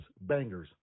bangers